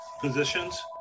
positions